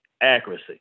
accuracy